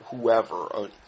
whoever